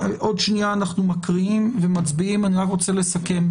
אני רוצה לסכם.